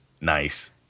Nice